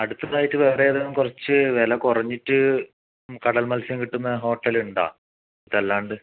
അടുത്തതായിട്ട് വേറെ ഏതാണ് കുറച്ച് വില കുറഞ്ഞിട്ട് കടൽ മൽസ്യം കിട്ടുന്ന ഹോട്ടലുണ്ടോ ഇതല്ലാണ്ട്